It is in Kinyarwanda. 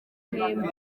kw’ijana